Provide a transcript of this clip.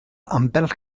ambell